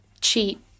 cheap